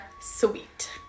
sweet